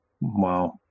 Wow